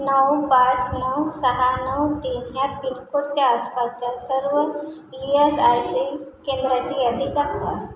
नऊ पाच नऊ सहा नऊ तीन ह्या पिनकोडच्या आसपासच्या सर्व ई एस आय सी केंद्राची यादी दाखवा